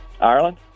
Ireland